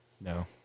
No